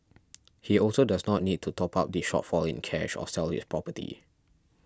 he also does not need to top up the shortfall in cash or sell his property